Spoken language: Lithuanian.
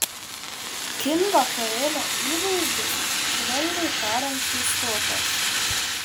kim vakarėlio įvaizdis švelniai tariant keistokas